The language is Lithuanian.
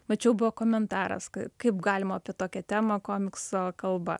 mačiau buvo komentaras kaip galima apie tokią temą komikso kalba